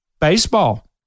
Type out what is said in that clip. baseball